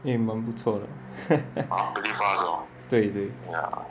eh 蛮不错的 对对